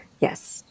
Yes